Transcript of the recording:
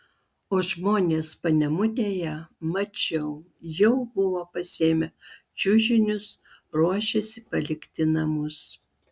o žmonės panemunėje mačiau jau buvo pasiėmę čiužinius ruošėsi palikti namus